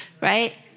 right